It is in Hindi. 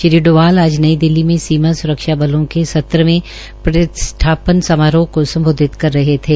श्री डोवाल ने आज नई दिल्ली में सीमा स्रक्षा बलों के सत्रहवें प्रतिष्ठा न समारोह को सम्बोधित कर रहे थे